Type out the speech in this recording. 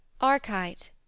archite